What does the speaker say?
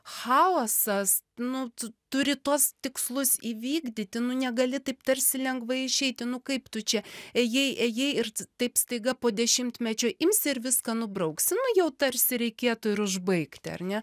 chaosas nu tu turi tuos tikslus įvykdyti nu negali taip tarsi lengvai išeiti nu kaip tu čia ėjai ėjai ir taip staiga po dešimtmečio imsi ir viską nubrauksi nu jau tarsi reikėtų ir užbaigti ar ne